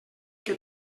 que